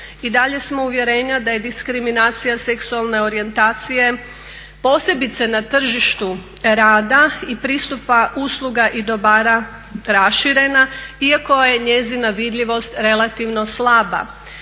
i dalje smo uvjerenja da je diskriminacija seksualne orijentacije posebice na tržištu rada i pristupa usluga i dobara raširena, iako je njezina vidljivost relativno slaba.